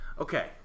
Okay